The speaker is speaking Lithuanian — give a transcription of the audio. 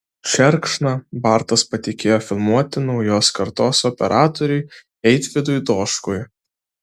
šerkšną bartas patikėjo filmuoti naujos kartos operatoriui eitvydui doškui